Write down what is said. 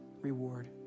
reward